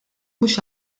mhux